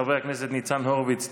חברי הכנסת ניצן הורוביץ,